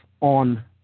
on